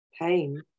pain